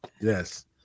Yes